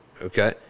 Okay